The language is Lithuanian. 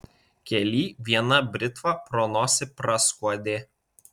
kely viena britva pro nosį praskuodė